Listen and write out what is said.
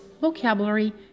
vocabulary